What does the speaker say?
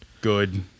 Good